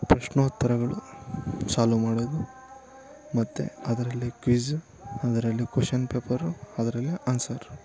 ಪ್ರಶ್ನೋತ್ತರಗಳು solve ಮಾಡೋದು ಮತ್ತು ಅದ್ರಲ್ಲೇ ಕ್ವಿಜು ಅದರಲ್ಲಿ ಕೊಷನ್ ಪೇಪರು ಅದ್ರಲ್ಲೇ ಆನ್ಸರು